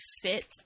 fit